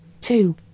Two